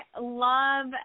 love